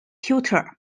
tutor